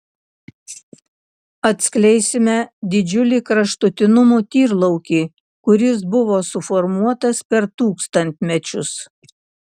atskleisime didžiulį kraštutinumų tyrlaukį kuris buvo suformuotas per tūkstantmečius